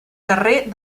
carrer